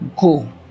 Go